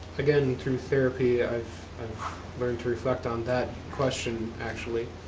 again, through therapy i've learned to reflect on that question, actually.